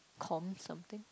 comp something